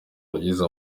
wagize